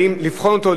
האם לבחון אותו,